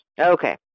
okay